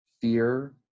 fear